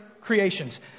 creations